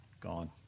Gone